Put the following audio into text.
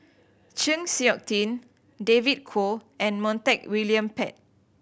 Chng Seok Tin David Kwo and Montague William Pett